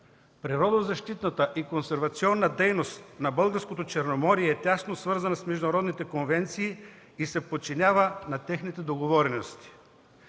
Природозащитната и консервационна дейност на Българското Черноморие е тясно свързана с международните конвенции и се подчинява на техните договорености: